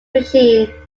machine